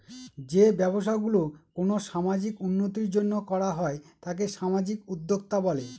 যে ব্যবসা গুলো কোনো সামাজিক উন্নতির জন্য করা হয় তাকে সামাজিক উদ্যক্তা বলে